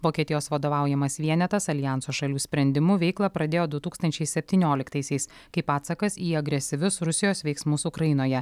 vokietijos vadovaujamas vienetas aljanso šalių sprendimu veiklą pradėjo du tūkstančiai septynioliktaisiais kaip atsakas į agresyvius rusijos veiksmus ukrainoje